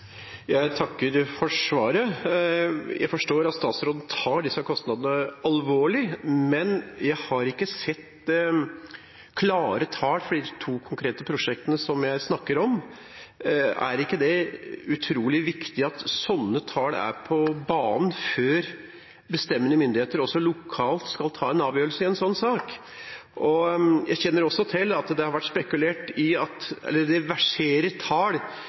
Jeg takker for svaret. Jeg forstår at statsråden tar disse kostnadene alvorlig, men jeg har ikke sett klare tall for de to konkrete prosjektene jeg snakker om. Er det ikke utrolig viktig at slike tall er på banen før bestemmende myndigheter også lokalt skal ta en avgjørelse i en slik sak? Jeg kjenner også til at det verserer tall som sier at